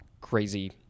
crazy